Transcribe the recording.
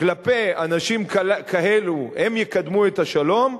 כלפי אנשים כאלו יקדמו את השלום,